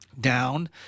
down